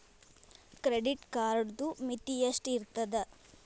Credit ಕಾರ್ಡದು ಮಿತಿ ಎಷ್ಟ ಇರ್ತದ?